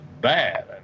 bad